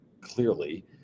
clearly